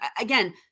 again